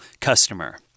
customer